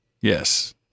Yes